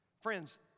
Friends